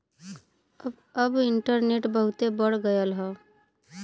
अब इन्टरनेट बहुते बढ़ गयल हौ